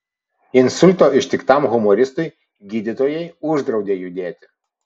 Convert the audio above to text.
insulto ištiktam humoristui gydytojai uždraudė judėti